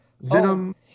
Venom